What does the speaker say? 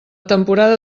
temporada